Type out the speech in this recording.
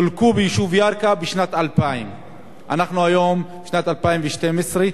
חולקו ביישוב ירכא בשנת 2000. אנחנו היום בשנת 2012,